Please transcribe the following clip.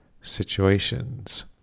situations